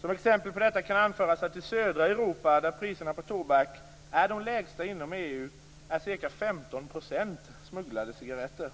Som exempel på detta kan anföras att i södra Europa där priserna på tobak är de lägsta inom EU är ca 15 % smugglade cigaretter.